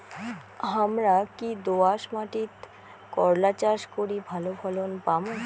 হামরা কি দোয়াস মাতিট করলা চাষ করি ভালো ফলন পামু?